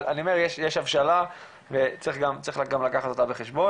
אבל אני אומר יש הבשלה וצריך גם אותה לקחת בחשבון.